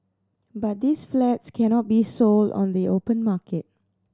but these flats cannot be sold on the open market